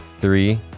Three